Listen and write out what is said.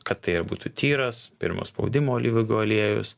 kad tai ir būtų tyras pirmo spaudimo alyvuogių aliejus